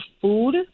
food